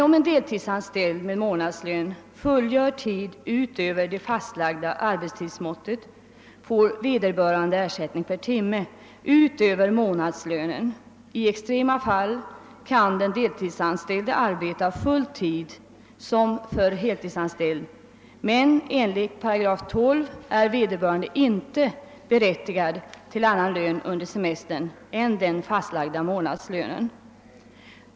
Om en deltidsanställd med månadslön fullgör tid utöver det fastlagda arbetstidsmåttet får vederbörande ersättning per timme utöver månadslönen. I extrema fall kan den deltidsanställde arbeta full tid i likhet med den heltidsanställde, men enligt 12 8 är vederbörande inte berättigad till annan lön under semestern än den fastlagda månadslönen.